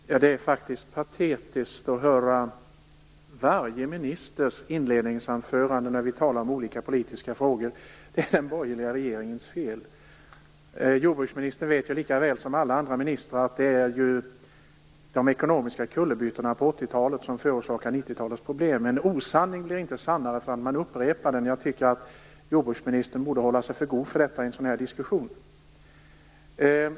Herr talman! Det är faktiskt patetisk att höra i varje ministers inledningsanförande när vi talar om olika politiska frågor att det är den borgerliga regeringens fel. Jordbruksministern vet ju lika väl som alla andra ministrar att det är de ekonomiska kullerbyttorna på 1980-talet som förorsakade 1990-talets problem. En osanning blir inte sannare för att man upprepar den. Jag tycker att jordbruksministern borde hålla sig för god för detta i en sådan här diskussion.